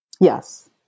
Yes